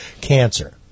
cancer